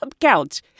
couch